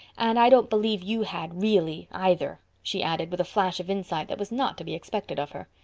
and i don't believe you had really either, she added, with a flash of insight that was not to be expected of her.